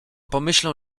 pomyślę